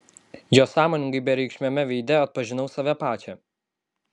jo sąmoningai bereikšmiame veide atpažinau save pačią